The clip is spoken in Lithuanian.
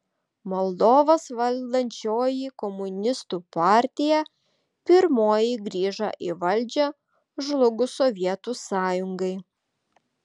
moldovos valdančioji komunistų partija pirmoji grįžo į valdžią žlugus sovietų sąjungai